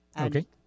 okay